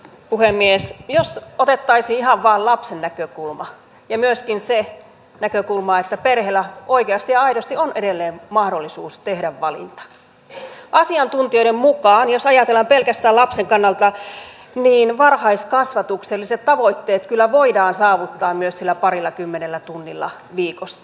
jos otettaisiin ihan vain lapsen näkökulma ja myöskin se näkökulma että perheellä oikeasti ja aidosti on edelleen mahdollisuus tehdä valinta niin asiantuntijoiden mukaan jos ajatellaan pelkästään lapsen kannalta varhaiskasvatukselliset tavoitteet kyllä voidaan saavuttaa myös sillä parillakymmenellä tunnilla viikossa